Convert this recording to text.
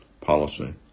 policy